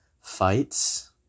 fights